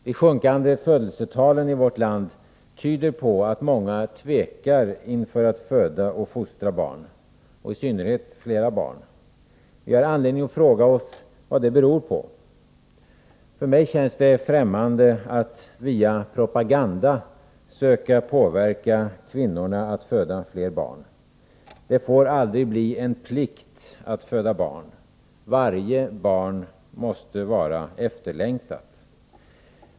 De sjunkande födelsetalen i vårt land tyder på att många tvekar inför att föda och fostra barn, i synnerhet flera barn. Vi har anledning fråga oss vad det beror på. För mig känns det främmande att via propaganda söka påverka kvinnorna att föda fler barn. Det får aldrig bli en plikt att föda barn. Varje barn måste vara efterlängtat.